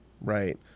right